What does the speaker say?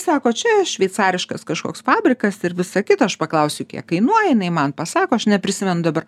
sako čia šveicariškas kažkoks fabrikas ir visa kita aš paklausiu kiek kainuoja jinai man pasako aš neprisimenu dabar